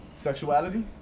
sexuality